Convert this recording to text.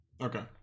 Okay